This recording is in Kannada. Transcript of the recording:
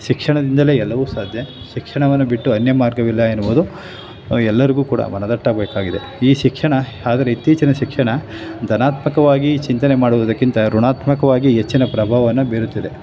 ಶಿಕ್ಷಣದಿಂದಲೇ ಎಲ್ಲವೂ ಸಾಧ್ಯ ಶಿಕ್ಷಣವನ್ನು ಬಿಟ್ಟು ಅನ್ಯ ಮಾರ್ಗವಿಲ್ಲ ಎನ್ನುವುದು ಎಲ್ಲರಿಗೂ ಕೂಡ ಮನದಟ್ಟಾಗಬೇಕಾಗಿದೆ ಈ ಶಿಕ್ಷಣ ಆದರೆ ಇತ್ತೀಚೆಗಿನ ಶಿಕ್ಷಣ ಧನಾತ್ಮಕವಾಗಿ ಚಿಂತನೆ ಮಾಡುವುದಕ್ಕಿಂತ ಋಣಾತ್ಮಕವಾಗಿ ಹೆಚ್ಚಿನ ಪ್ರಭಾವವನ್ನು ಬೀರುತ್ತದೆ